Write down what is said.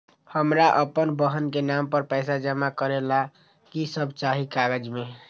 हमरा अपन बहन के नाम पर पैसा जमा करे ला कि सब चाहि कागज मे?